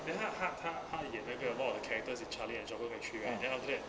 then ha~ 她她一眼那个 wall of characters in charlie and chocolate factory right then after that